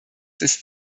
ist